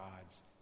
god's